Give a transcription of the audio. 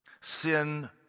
sin